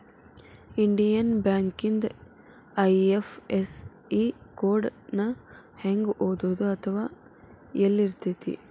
Indian ಬ್ಯಾಂಕಿಂದ IFSC code ನ ಹೆಂಗ ಓದೋದು ಅಥವಾ ಯೆಲ್ಲಿರ್ತೆತಿ?